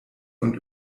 und